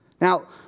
Now